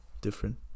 different